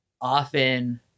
Often